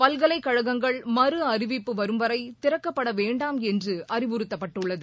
பல்கலைக்கழகங்கள் மறு அறிவிப்பு வரும்வரை திறக்கப்பட வேண்டாம் என்று அறிவுறுத்தப்பட்டுள்ளது